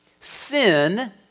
Sin